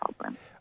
problem